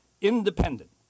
independent